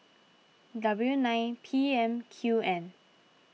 W nine P M Q N